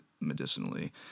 medicinally